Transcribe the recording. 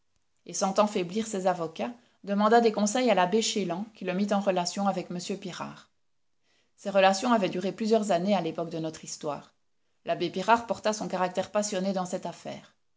et sentant faiblir ses avocats demanda des conseils à l'abbé chélan qui le mit en relation avec m pirard ces relations avaient duré plusieurs années à l'époque de notre histoire l'abbé pirard porta son caractère passionné dans cette affaire